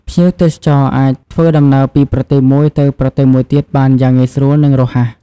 ភ្ញៀវទេសចរអាចធ្វើដំណើរពីប្រទេសមួយទៅប្រទេសមួយទៀតបានយ៉ាងងាយស្រួលនិងរហ័ស។